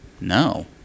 No